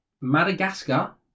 Madagascar